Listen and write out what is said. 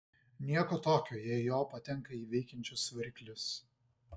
nieko tokio jei jo patenka į veikiančius variklius